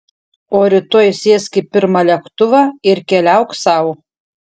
o rytoj sėsk į pirmą lėktuvą ir keliauk sau